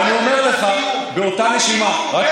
ואני אומר לך באותה נשימה, במיוחד לדו-קיום.